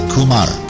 Kumar